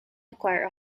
acquire